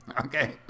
okay